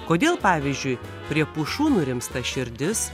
kodėl pavyzdžiui prie pušų nurimsta širdis